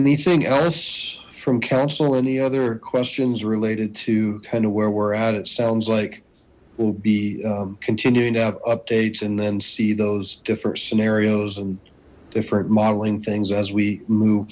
anything else from council any other questions related to kind of where we're at it sounds like we'll be continuing to have updates and then see those different scenarios and different modeling things as we move